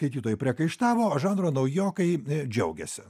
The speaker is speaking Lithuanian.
skaitytojai priekaištavo o žanro naujokai džiaugėsi